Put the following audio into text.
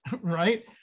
right